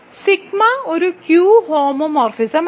sigma ഒരു Q ഹോമോമോർഫിസമാണ്